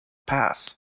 pass